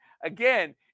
again